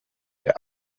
der